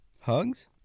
Hugs